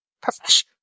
profession